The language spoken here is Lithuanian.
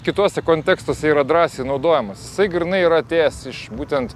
kituose kontekstuose yra drąsiai naudojamas jisai grynai yra atėjęs būtent